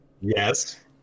Yes